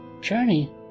journey